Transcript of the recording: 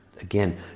again